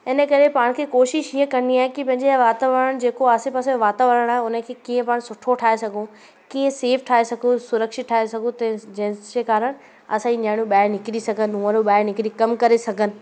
इन करे पाण खे कोशिश ईअं करिणी आहे कि पंहिंजे वातावरण जेको आहे आसे पासे में वातावरण आहे उन खे कीअं पाण सुठो ठाहे सघूं कीअं सेफ ठाहे सघूं सुरक्षित ठाहे सघूं त जंहिं सां कारण असांजी नियाणियूं ॿाहिरि निकिरी सघनि उहो बि ॿाहिरि निकिरी कम करे सघनि